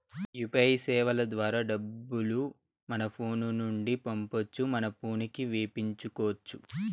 UPI సేవల ద్వారా డబ్బులు మన ఫోను నుండి పంపొచ్చు మన పోనుకి వేపించుకొచ్చు